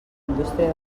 indústria